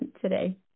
today